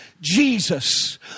Jesus